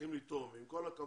צריכים לתרום, ועם כל הכבוד,